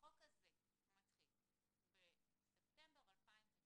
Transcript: החוק מתחיל בספטמבר 2019